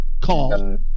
call